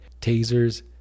tasers